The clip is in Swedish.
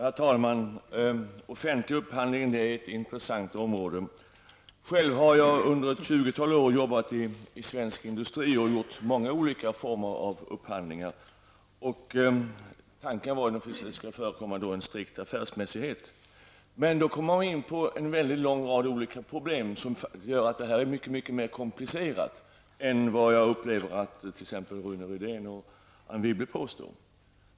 Fru talman! Offentlig upphandling är ett intressant område. Jag själv har under ett tjugotal år arbetat inom svensk industri och gjort upphandlingar i många olika former. Tanken är naturligtvis att det skall ske under en strikt affärsmässighet. Vi kommer då in på en lång rad olika problem som gör frågan mycket mer komplicerad än, som jag upplever det, t.ex. Rune Rydén och Anne Wibble påstår.